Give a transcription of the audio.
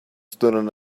stern